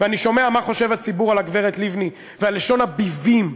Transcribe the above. ואני שומע מה חושב הציבור על הגברת לבני ועל לשון הביבים,